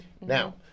now